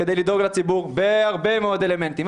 כדי לדאוג לציבור בהרבה מאוד אלמנטים.